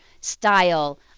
style